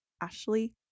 Ashley